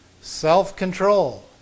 self-control